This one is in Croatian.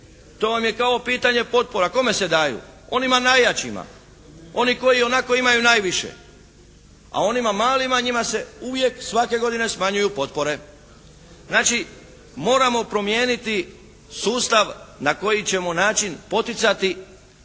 To vam je kao pitanje potpora. Kome se daju? Onima najjačima, oni koji ionako imaju najviše, a onima malima njima se uvijek svake godine smanjuju potpore. Znači, moramo promijeniti sustav na koji ćemo način poticati i koga